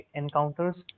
encounters